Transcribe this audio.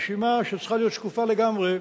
הרשימה שצריכה להיות שקופה לגמרי,